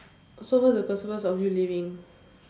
so what's the purpose of you living